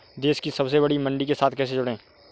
देश की सबसे बड़ी मंडी के साथ कैसे जुड़ें?